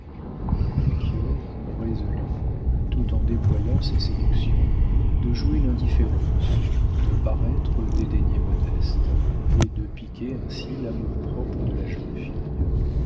rôle melchior résolut tout en déployant ses séductions de jouer l'indifférence de paraître dédaigner modeste et de piquer ainsi l'amour-propre de la jeune fille